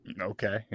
Okay